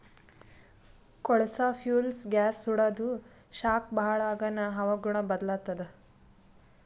ಕೊಳಸಾ fuels gas ಸುಡಾದು ಶಾಖ ಭಾಳ್ ಆಗಾನ ಹವಾಗುಣ ಬದಲಾತ್ತದ